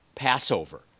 Passover